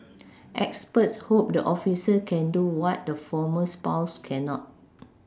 experts hope the officer can do what the former spouse cannot